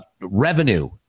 revenue